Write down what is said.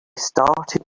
started